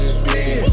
spin